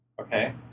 Okay